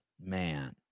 Man